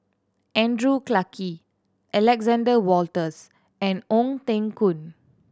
Andrew Clarke Alexander Wolters and Ong Teng Koon